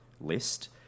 list